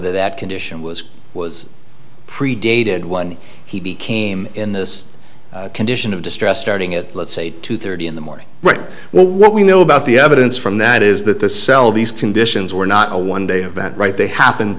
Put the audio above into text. that condition was was predated one he became in this condition of distress starting at let's say two thirty in the morning right well what we know about the evidence from that is that the cell these conditions were not a one day event right they happened